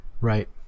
right